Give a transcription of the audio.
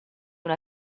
una